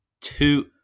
two